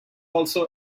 also